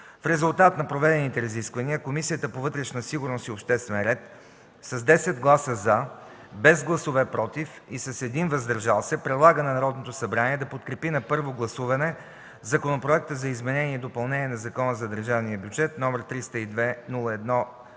В резултат на проведените разисквания Комисията по вътрешна сигурност и обществен ред с 10 гласа „за”, без „против”и 1 глас „въздържал се” предлага на Народното събрание да подкрепи на първо гласуване Законопроект за изменение и допълнение на Закона за държавния бюджет, № 302-01-8,